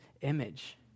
image